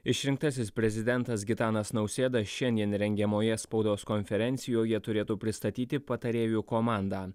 išrinktasis prezidentas gitanas nausėda šiandien rengiamoje spaudos konferencijoje turėtų pristatyti patarėjų komandą